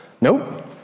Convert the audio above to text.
Nope